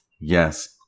Yes